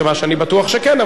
מכיוון שאני בטוח שכן,